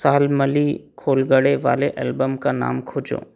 शाल्मली खोलगड़े वाले एल्बम का नाम खोजो